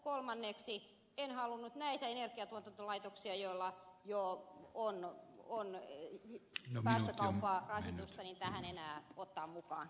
kolmanneksi en halunnut näitä energiantuotantolaitoksia joilla jo on päästökaupparasitusta tähän enää ottaa mukaan